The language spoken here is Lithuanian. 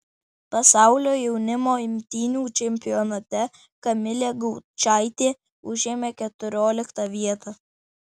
pasaulio jaunimo imtynių čempionate kamilė gaučaitė užėmė keturioliktą vietą